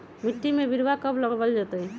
मिट्टी में बिरवा कब लगवल जयतई?